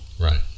Right